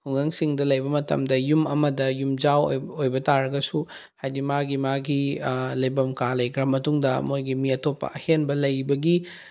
ꯈꯨꯡꯒꯪꯁꯤꯡꯗ ꯂꯩꯕ ꯃꯇꯝꯗ ꯌꯨꯝ ꯑꯃꯗ ꯌꯨꯝꯖꯥꯎ ꯑꯣꯏꯕ ꯇꯥꯔꯒꯁꯨ ꯍꯥꯏꯗꯤ ꯃꯥꯒꯤ ꯃꯥꯒꯤ ꯂꯩꯐꯝ ꯀꯥ ꯂꯩꯈ꯭ꯔꯥ ꯃꯇꯨꯡꯗ ꯃꯣꯏꯒꯤ ꯃꯤ ꯑꯇꯣꯞꯄ ꯑꯍꯦꯟꯕ ꯂꯩꯕꯒꯤ